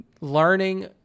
learning